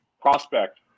prospect